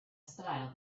style